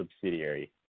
subsidiary